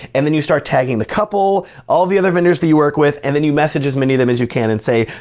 and then you start tagging the couple, all the other vendors that you work with, and then you message as many of them as you can, and say,